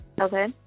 Okay